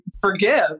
forgive